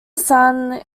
son